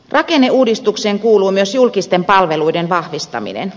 rakenneuudistukseen kuuluu myös julkisten palveluiden vahvistaminen